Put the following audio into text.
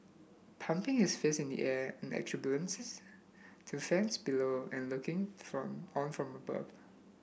pumping his fist in the air in exuberances to fans below and looking from on from above